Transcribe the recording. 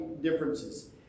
differences